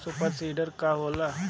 Super seeder का होला?